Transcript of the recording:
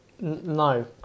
No